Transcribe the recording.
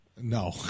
No